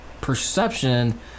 perception